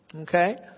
Okay